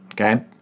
Okay